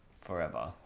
forever